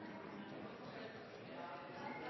jeg